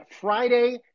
Friday